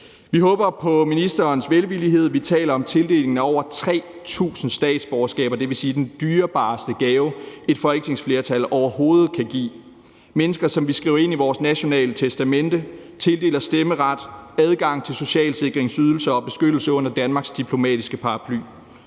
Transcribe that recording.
Vi håber på ministerens velvillighed. Vi taler om tildeling af over 3.000 statsborgerskaber, dvs. den dyrebareste gave, et folketingsflertal overhovedet kan give – mennesker, som vi skriver ind i vores nationale testamente, tildeler stemmeret, adgang til socialsikringsydelser og beskyttelse under Danmarks diplomatiske paraply.